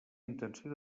intenció